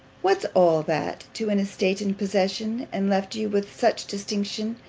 what's all that to an estate in possession, and left you with such distinctions,